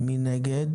מי נמנע?